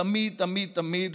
תמיד תמיד